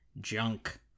junk